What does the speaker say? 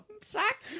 sack